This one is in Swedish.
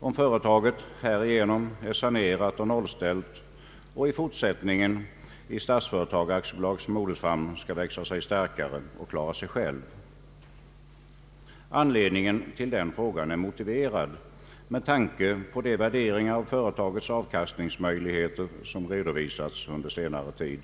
om företaget härigenom är sanerat och nollställt och i fortsättningen i Statsföretag AB:s modersfamn skall växa sig starkare och klara sig självt. Anledningen till den frågan är motiverad med tanke på de värderingar av företagets avkastningsmöjligheter som redovisats under senare tid.